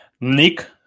Nick